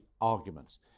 arguments